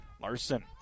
Larson